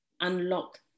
unlock